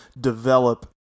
develop